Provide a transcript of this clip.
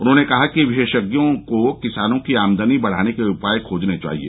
उन्होंने कहा कि विशेषज्ञों को किसानों की आमदनी बढाने के उपाय खोजने चाहिए